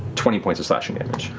twenty points of slashing damage.